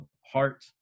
heart